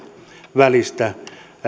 välistä